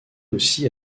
aussi